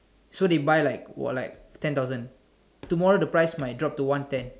so they buy like what like ten thousand tomorrow the price might drop to one ten